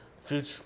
Future